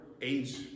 age